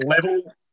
level